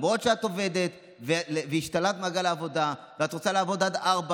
למרות שאת עובדת והשתלבת במעגל העבודה ואת רוצה לעבוד עד 16:00,